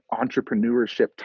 entrepreneurship